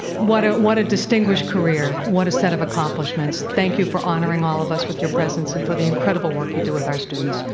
what what a distinguished career, what a set of accomplishments. thank you for honoring all of us with your presence and for the incredible work that you do with our students.